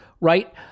Right